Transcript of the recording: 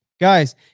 Guys